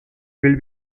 will